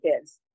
kids